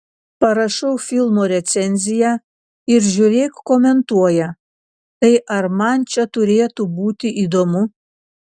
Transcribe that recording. parašau filmo recenziją ir žiūrėk komentuoja tai ar man čia turėtų būti įdomu